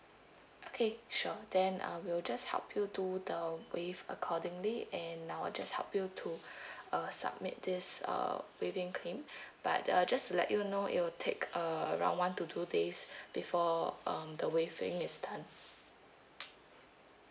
okay sure then uh we'll just help you do the waive accordingly and I'll just help you to uh submit this uh waiving claim but uh just to let you know it'll take uh around one to two days before um the waiving is done